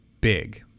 big